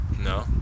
no